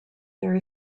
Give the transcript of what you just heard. there